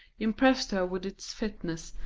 impressed her with its fitness,